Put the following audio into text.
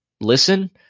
listen